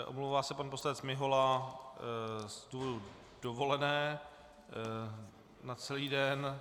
Omlouvá se pan poslanec Mihola z důvodu dovolené na celý den.